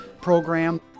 program